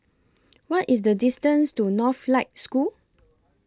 What IS The distance to Northlight School